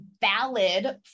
valid